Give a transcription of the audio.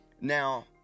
Now